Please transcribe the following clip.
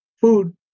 food